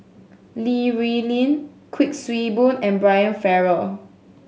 Li Rulin Kuik Swee Boon and Brian Farrell